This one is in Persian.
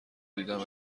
دیدم